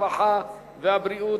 הרווחה והבריאות,